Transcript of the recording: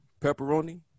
pepperoni